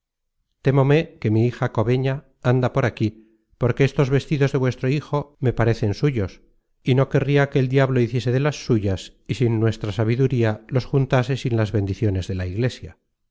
témome que mi hija cobeña anda por aquí porque estos vestidos de vuestro hijo me parecen suyos y no querria que el diablo hiciese de las suyas y sin nuestra sabiduría los juntase sin las bendiciones de la iglesia